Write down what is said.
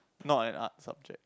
not an art subject